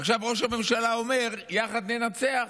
עכשיו ראש הממשלה אומר "יחד ננצח".